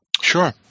Sure